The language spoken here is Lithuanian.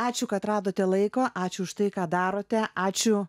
ačiū kad radote laiko ačiū už tai ką darote ačiū